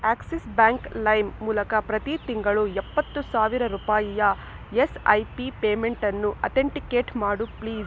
Axis bank Lime ಮೂಲಕ ಪ್ರತಿ ತಿಂಗಳು ಎಪ್ಪತ್ತು ಸಾವಿರ ರೂಪಾಯಿಯ ಎಸ್ ಐ ಪಿ ಪೇಮೆಂಟನ್ನು ಅತೆಂಟಿಕೇಟ್ ಮಾಡು ಪ್ಲೀಸ್